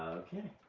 okay.